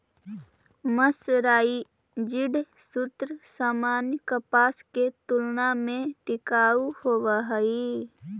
mercerised सूत सामान्य कपास के तुलना में टिकाऊ होवऽ हई